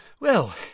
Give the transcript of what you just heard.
Well